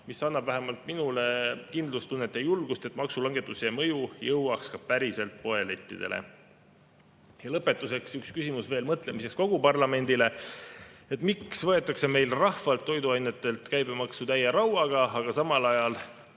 mis annab vähemalt minule kindlustunnet ja julgust, et maksulangetuse mõju jõuaks ka päriselt poelettidele. Ja lõpetuseks veel üks küsimus mõtlemiseks kogu parlamendile. Miks võetakse meil rahvalt toiduainete käibemaksu täie rauaga, aga samal ajal